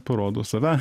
parodo save